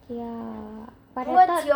ya but then